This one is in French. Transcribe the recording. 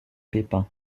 pépin